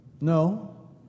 No